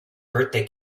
birthday